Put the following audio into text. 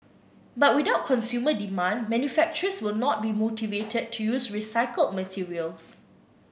but without consumer demand manufacturers will not be motivated to use recycled materials